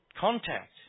contact